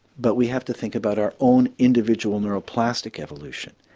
but we have to think about our own individual neuroplastic evolution.